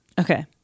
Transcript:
Okay